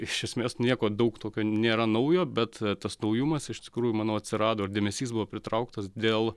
iš esmės nieko daug tokio nėra naujo bet tas naujumas iš tikrųjų manau atsirado ir dėmesys buvo pritrauktas dėl